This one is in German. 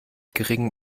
geringem